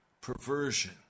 perversion